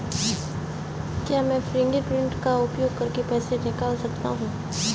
क्या मैं फ़िंगरप्रिंट का उपयोग करके पैसे निकाल सकता हूँ?